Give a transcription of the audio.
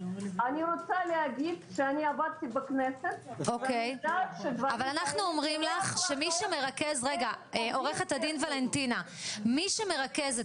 אני עבדתי בכנסת ואני יודעת שמי שמנהל- -- מי שמרכז את